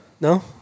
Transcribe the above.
No